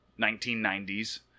1990s